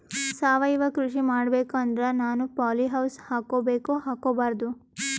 ಸಾವಯವ ಕೃಷಿ ಮಾಡಬೇಕು ಅಂದ್ರ ನಾನು ಪಾಲಿಹೌಸ್ ಹಾಕೋಬೇಕೊ ಹಾಕ್ಕೋಬಾರ್ದು?